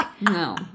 No